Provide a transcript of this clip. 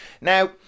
Now